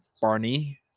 Barney